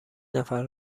نفر